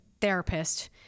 therapist